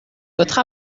votre